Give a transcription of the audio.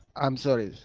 i'm sorry.